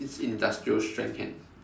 it's industrial strength hand